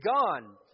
gone